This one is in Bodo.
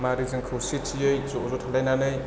मारै जों खौसेथियै ज' ज' थालायनानै